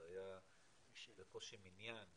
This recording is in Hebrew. זה היה בקושי מניין,